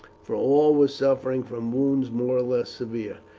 for all were suffering from wounds more or less severe.